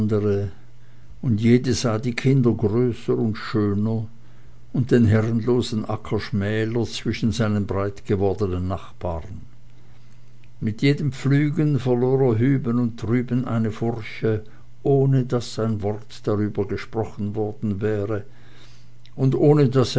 und jede sah die kinder größer und schöner und den herrenlosen acker schmäler zwischen seinen breitgewordenen nachbaren mit jedem pflügen verlor er hüben und drüben eine furche ohne daß ein wort darüber gesprochen worden wäre und ohne daß